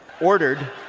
ordered